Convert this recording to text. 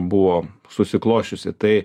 buvo susiklosčiusi tai